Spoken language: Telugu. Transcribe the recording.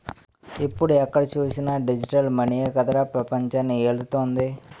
ఇప్పుడు ఎక్కడ చూసినా డిజిటల్ మనీయే కదరా పెపంచాన్ని ఏలుతోంది